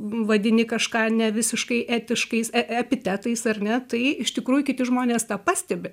vadini kažką ne visiškai etiškais e epitetais ar ne tai iš tikrųjų kiti žmonės tą pastebi